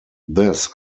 this